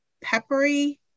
peppery